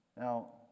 Now